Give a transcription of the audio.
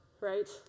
right